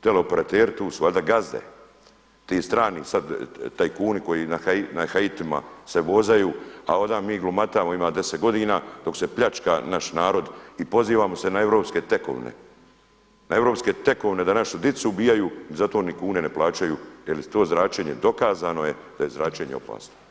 Teleoperateri tu su valjda gazde, ti strani tajkunu koji na Haitima se vozaju, a … mi glumatamo ima deset godina dok se pljačka naš narod i pozivamo se na europske tekovine, na europske tekovine da našu dicu ubijaju i zato ni kune ne plaćaju jer je to zračenje dokazano je da je zračenje opasno.